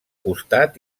costat